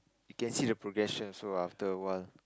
you can see the progression also ah after a while